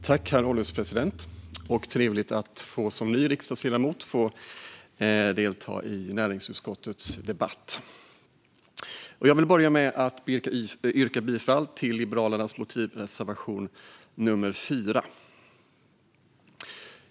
Herr ålderspresident! Det är trevligt att som ny riksdagsledamot få delta i näringsutskottets debatt. Jag vill börja med att yrka bifall till Liberalernas motivreservation nummer 4.